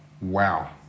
Wow